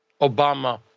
Obama